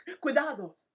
Cuidado